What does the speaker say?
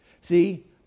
See